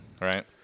right